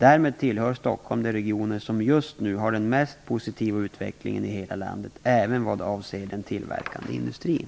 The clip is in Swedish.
Därmed tillhör Stockholm de regioner som just nu har den mest positiva utvecklingen i hela landet, även vad avser den tillverkande industrin.